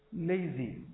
lazy